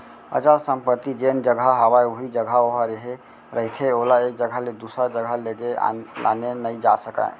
अचल संपत्ति जेन जघा हवय उही जघा ओहा रेहे रहिथे ओला एक जघा ले दूसर जघा लेगे लाने नइ जा सकय